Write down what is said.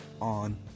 on